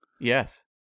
Yes